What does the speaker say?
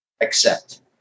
accept